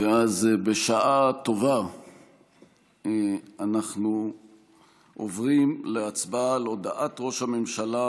ואז בשעה טובה אנחנו עוברים להצבעה על הודעת ראש הממשלה.